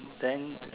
then